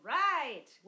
right